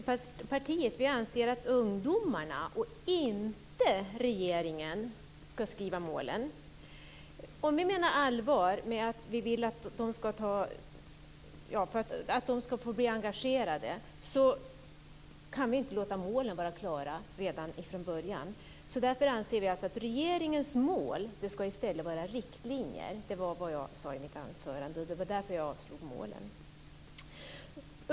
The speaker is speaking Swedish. Herr talman! Vi i Centerpartiet anser att ungdomarna och inte regeringen ska skriva målen. Om vi menar allvar med att de ska bli engagerade kan vi inte låta målen vara klara redan från början. Därför anser vi att regeringens mål i stället ska vara riktlinjer. Det var vad jag sade i mitt anförande. Det var därför som jag avslog målen.